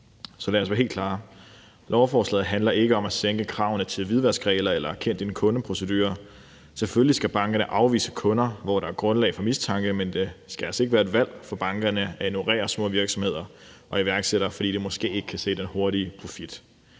Så lad os være helt klare: Lovforslaget handler ikke om at sænke kravene til hvidvaskregler eller kend din kunde-proceduren. Selvfølgelig skal bankerne afvise kunder, hvis der er grundlag for mistanke, men det skal altså ikke være et valg for bankerne at kunne ignorere små virksomheder og iværksættere, fordi de måske ikke kan se den hurtige profit.